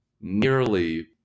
nearly